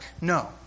no